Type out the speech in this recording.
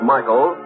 Michael